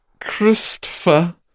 Christopher